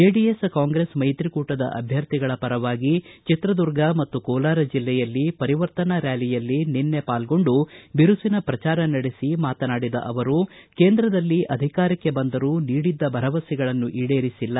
JDS Congress ಮೈತ್ರಿ ಕೂಟದ ಅಭ್ಯರ್ಥಿಗಳ ಪರವಾಗಿ ಚಿತ್ರದುರ್ಗ ಮತ್ತು ಕೋಲಾರ ಜಿಲ್ಲೆಯಲ್ಲಿ ಪರಿವರ್ತನಾ ರ್ನಾಲಿಯಲ್ಲಿ ನಿನ್ನೆ ಪಾಲ್ಗೊಂಡು ಬಿರುಸಿನ ಪ್ರಜಾರ ನಡೆಸಿ ಮಾತನಾಡಿದ ಅವರು ಕೇಂದ್ರದಲ್ಲಿ ಅಧಿಕಾರಕ್ಕೆ ಬಂದರೂ ನೀಡಿದ್ದ ಭರವಸೆಗಳನ್ನು ಈಡೇರಿಸಿಲ್ಲ